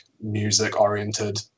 music-oriented